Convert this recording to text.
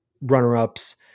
runner-ups